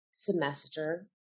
semester